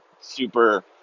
super